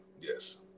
Yes